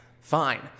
Fine